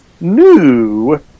New